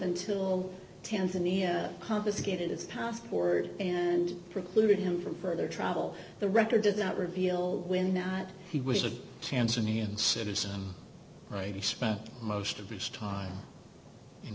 until tanzania confiscated his passport and preclude him from further travel the record did not reveal when that he was a chance of me and citizen right he spent most of his time in